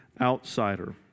outsider